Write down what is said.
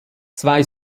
zwei